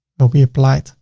there'll be applied